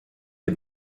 des